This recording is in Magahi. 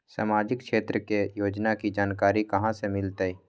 सामाजिक क्षेत्र के योजना के जानकारी कहाँ से मिलतै?